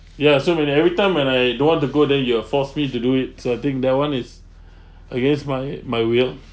ya so when every time when I don't want to go there you'll force me to do it so I think that one is against my my will